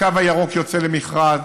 הקו הירוק יוצא למכרז